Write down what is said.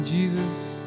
Jesus